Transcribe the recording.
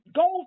go